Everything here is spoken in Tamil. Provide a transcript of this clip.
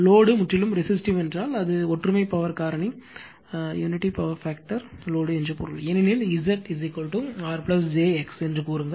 லோடு முற்றிலும் ரெசிஸ்டிவ் என்றால் அது ஒற்றுமை பவர் காரணி லோடு என்று பொருள் ஏனெனில் Z R j X என்று கூறுங்கள்